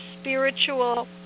spiritual